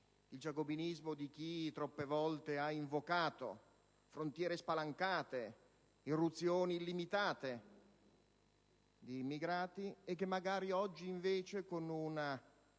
il giacobinismo di chi troppe volte ha invocato frontiere spalancate, irruzioni illimitate di immigrati, e che magari oggi, invece, con un